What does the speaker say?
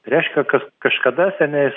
reiškia kad kažkada seniai